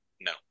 no